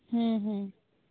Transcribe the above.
ᱦᱩᱸ ᱦᱩᱸ